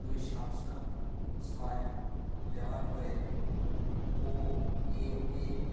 দুই সাত সাত ছয় ব্যবহার করে কোউইন